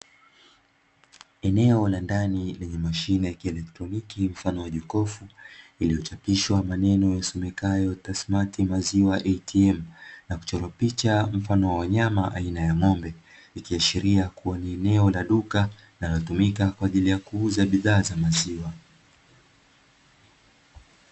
Eneo la ndani lenye mashine kielektroniki mfano wa jokofu, iliyochapishwa maneno yasomekayo "tathmati maziwa "ATM "na kuchora picha mfano wa wanyama aina ya ng'ombe, ikiashiria kuwa ni eneo la duka linalotumika kwa ajili ya kuuza bidhaa za maziwa.